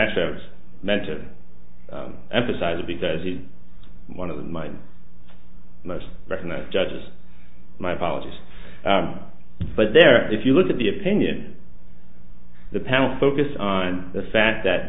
actually i was meant to emphasize because he's one of my most recognized judges my apologies but there if you look at the opinion the panel focused on the fact that